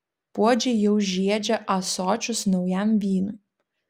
puodžiai jau žiedžia ąsočius naujam vynui